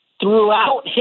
throughout